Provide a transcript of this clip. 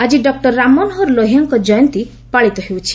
ଆଜି ଡକ୍ଟର ରାମମନୋହର ଲୋହିଆଙ୍କ ଜୟନ୍ତୀ ପାଳିତ ହେଉଛି